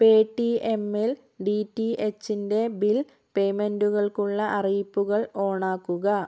പേ ടി എമ്മിൽ ഡി ടി എച്ചിൻ്റെ ബിൽ പേയ്മെൻറ്റുകൾക്കുള്ള അറിയിപ്പുകൾ ഓണാക്കുക